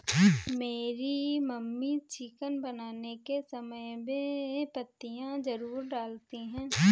मेरी mummy chicken बनाने के समय बे पत्तियां जरूर डालती हैं